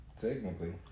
Technically